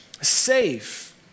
safe